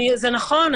נכון.